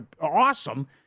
awesome